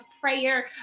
prayer